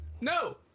no